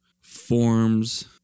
forms